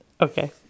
Okay